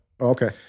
Okay